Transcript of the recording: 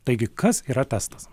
taigi kas yra testas